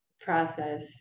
process